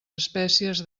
espècies